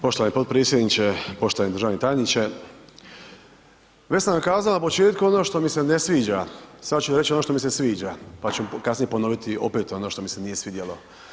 Poštovani potpredsjedniče, poštovani državni tajniče, već sam kazao na početku ono što mi se ne sviđa, sad ću reći ono što mi se sviđa pa ćemo kasnije ponoviti opet ono što mi se nije svidjelo.